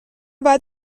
باید